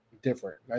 Different